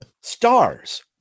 stars